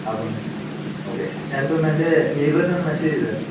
അപ്പം ഓക്കേ ഞാൻ ഇപ്പം എൻ്റെ നെയ്ബറിനൊന്ന് മെസേജ് ചെയ്തായിരുന്നു